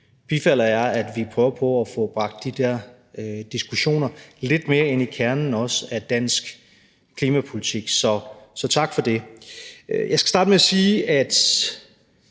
bifalder jeg, at vi prøver på også at få bragt de der diskussioner lidt mere ind i kernen af dansk klimapolitik. Så tak for det. Jeg skal starte med at sige, at